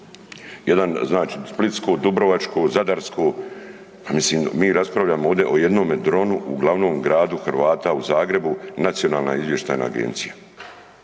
jedan znači splitsko, dubrovačko, zadarsko, a mislim mi raspravljamo ovde o jednome dronu u glavnog gradu Hrvata u Zagrebu, Nacionalna izvještajna agencija.